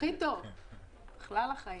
הכי טוב בכלל לחיים.